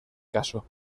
caso